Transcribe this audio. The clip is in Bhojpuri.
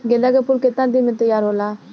गेंदा के फूल केतना दिन में तइयार हो जाला?